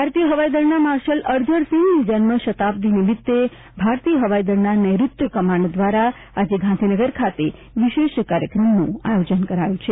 ભારતીય હવાઈદળના માર્શલ અર્જનસિંઘની જન્મ શતાબ્દી નિમિત્તે ભારતીય હવાઈ દળના નૈઋત્ય કમાન્ડ દ્વારા આજે ગાંધીનગર ખાતે વિશેષ કાર્યક્રમનું આયોજન કરાયું છે